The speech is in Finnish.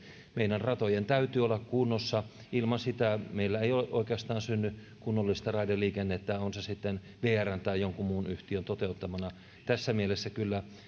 meidän ratojen täytyy olla kunnossa ilman sitä meillä ei oikeastaan synny kunnollista raideliikennettä on se sitten vrn tai jonkun muun yhtiön toteuttamana tässä mielessä kyllä